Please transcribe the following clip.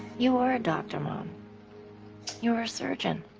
you are a doctor mom you're a surgeon